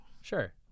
sure